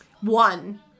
One